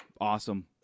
awesome